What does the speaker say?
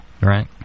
Right